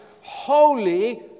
holy